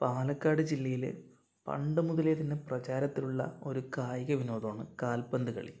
പാലക്കാട് ജില്ലയില് പണ്ടു മുതലേ തന്നെ പ്രചാരത്തിലുള്ള ഒരു കായിക വിനോദമാണ് കാൽപ്പന്ത് കളി